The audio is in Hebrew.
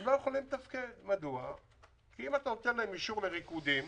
לא יכולים לתפקד כי אם אתה נותן להם אישור לריקודים